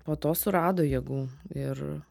po to surado jėgų ir